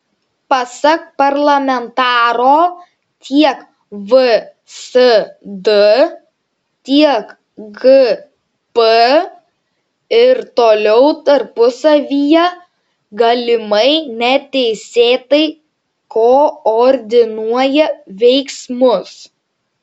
pasak parlamentaro tiek vsd tiek gp ir toliau tarpusavyje galimai neteisėtai koordinuoja veiksmus